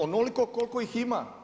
Onoliko koliko ih ima.